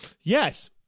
Yes